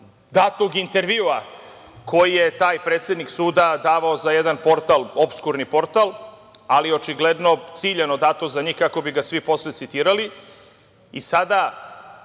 datog intervjua koji je taj predsednik suda davao za jedan portal, opskurni portal, ali očigledno ciljano datog za njih, kako bi ga svi posle citirali. Sada